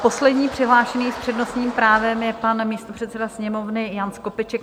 Poslední přihlášený s přednostním právem je pan místopředseda Sněmovny Jan Skopeček.